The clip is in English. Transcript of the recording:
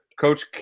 Coach